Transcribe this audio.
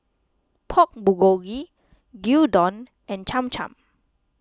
Pork Bulgogi Gyudon and Cham Cham